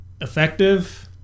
effective